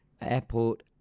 airport